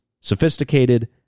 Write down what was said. sophisticated